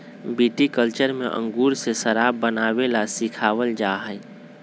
viticulture में अंगूर से शराब बनावे ला सिखावल जाहई